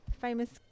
Famous